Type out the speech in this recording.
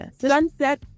Sunset